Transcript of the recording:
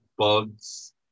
bugs